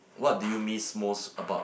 what do you miss most about